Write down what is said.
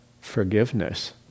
forgiveness